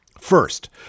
First